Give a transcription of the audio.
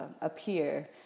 appear